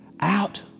out